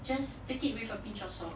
just take it with a pinch of salt